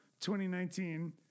2019